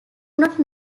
not